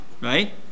right